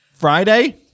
Friday